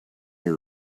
your